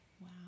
Wow